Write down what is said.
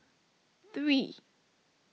three